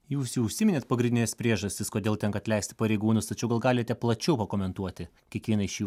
jūs jau užsiminėt pagrindines priežastis kodėl tenka atleisti pareigūnus tačiau gal galite plačiau pakomentuoti kiekvieną iš jų